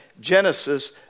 genesis